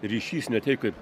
ryšys ne tai kad